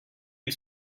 you